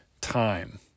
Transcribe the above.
time